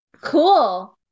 Cool